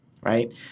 right